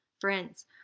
Friends